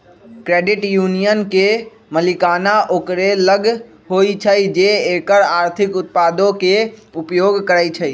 credit union के मलिकाना ओकरे लग होइ छइ जे एकर आर्थिक उत्पादों के उपयोग करइ छइ